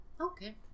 Okay